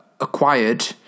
acquired